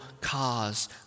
cause